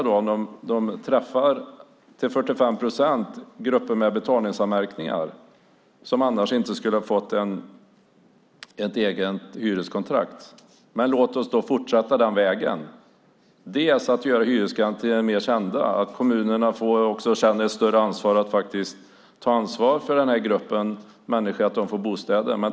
De träffar till 45 procent grupper med betalningsanmärkningar som annars inte skulle ha fått ett eget hyreskontrakt. Låt oss fortsätta på den vägen och göra hyresgarantierna mer kända och se till att kommunerna känner ett större ansvar för att den här gruppen får bostäder.